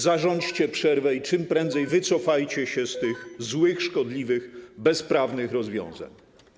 Zarządźcie przerwę i czym prędzej wycofajcie się z tych złych, szkodliwych i bezprawnych rozwiązań.